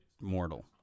mortal